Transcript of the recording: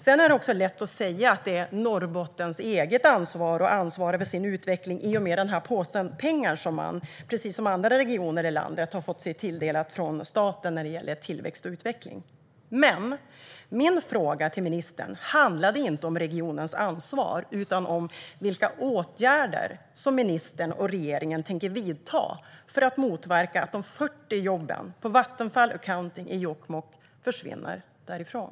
Sedan är det lätt att säga att det är Norrbottens eget ansvar att ansvara för sin utveckling i och med den påse med pengar som man, precis som andra regioner i landet, har fått sig tilldelad från staten när det gäller tillväxt och utveckling. Men min fråga till ministern handlade inte om regionens ansvar utan om vilka åtgärder som ministern och regeringen tänker vidta för att motverka att de 40 jobben på Vattenfall Accounting i Jokkmokk försvinner därifrån.